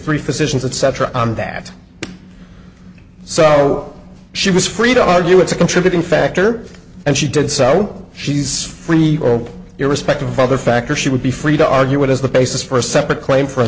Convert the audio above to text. three physicians etc on that so she was free to argue it's a contributing factor and she did so she's free irrespective of other factors she would be free to argue what is the basis for a separate claim for